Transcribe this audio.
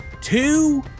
two